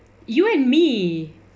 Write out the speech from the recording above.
you and me